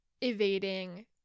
evading